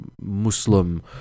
muslim